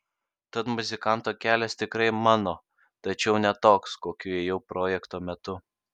tad muzikanto kelias tikrai mano tačiau ne toks kokiu ėjau projekto metu